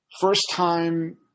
first-time